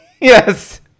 Yes